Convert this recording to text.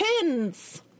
Pins